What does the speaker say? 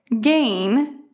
gain